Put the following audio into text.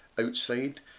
outside